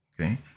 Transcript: okay